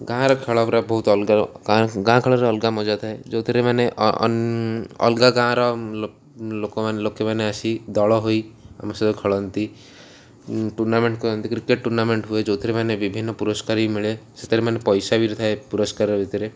ଗାଁ'ର ଖେଳ ପୁରା ବହୁତ ଅଲଗା ଗାଁ ଖେଳରେ ଅଲଗା ମଜା ଥାଏ ଯୋଉଥିରେ ମାନେ ଅଲଗା ଗାଁ'ର ଲୋକମାନେ ଲୋକମାନେ ଆସି ଦଳ ହୋଇ ଆମ ସହିତ ଖେଳନ୍ତି ଟୁର୍ଣ୍ଣାମେଣ୍ଟ୍ କରନ୍ତି କ୍ରିକେଟ୍ ଟୁର୍ଣ୍ଣାମେଣ୍ଟ୍ ହୁଏ ଯୋଉଥିରେ ମାନେ ବିଭିନ୍ନ ପୁରସ୍କାର ବି ମିଳେ ସେଥିରେ ମାନେ ପଇସା ବି ଥାଏ ପୁରସ୍କାର ଭିତରେ